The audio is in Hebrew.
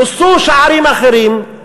נוסו שערים אחרים,